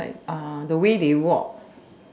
it's like the way they walk